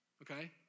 Okay